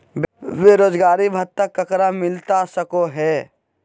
बेरोजगारी भत्ता ककरा मिलता सको है?